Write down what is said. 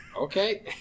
Okay